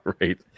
right